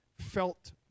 felt